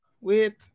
wait